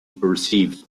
perceived